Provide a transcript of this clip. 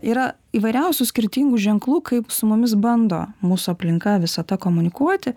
yra įvairiausių skirtingų ženklų kaip su mumis bando mūsų aplinka visata komunikuoti